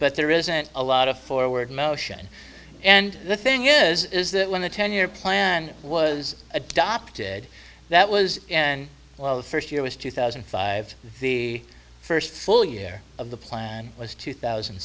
but there isn't a lot of forward motion and the thing is that when the ten year plan was adopted that was and while the first year was two thousand and five the first full year of the plan was two thousand